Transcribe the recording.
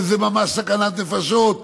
שזו ממש סכנת נפשות,